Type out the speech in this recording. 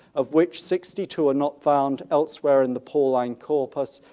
of which sixty two are not found elsewhere in the pauline corpus,